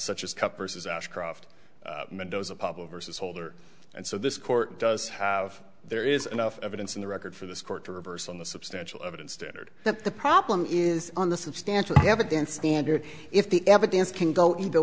such as cup versus ashcroft mendoza public versus holder and so this court does have there is enough evidence in the record for this court to reverse on the substantial evidence standard that the problem is on the substantial evidence standard if the evidence can go in the